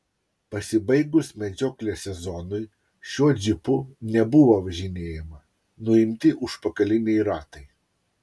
pasibaigus medžioklės sezonui šiuo džipu nebuvo važinėjama nuimti užpakaliniai ratai